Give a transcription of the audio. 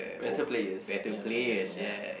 better players ya